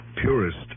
Purist